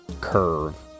curve